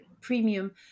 premium